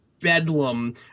Bedlam